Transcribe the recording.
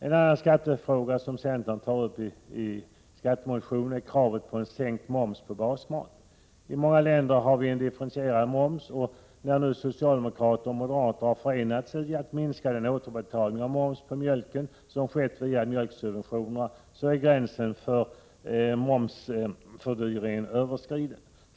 En annan skattefråga som centern tar upp i sin skattemotion är kravet på sänkt moms på basmat. I många länder har man en differentierad moms. När socialdemokrater och moderater nu har förenats i strävandena att minska den återbetalning av moms på mjölken som skett via mjölksubventionerna, är gränsen för momsfördyringen överskriden.